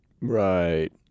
Right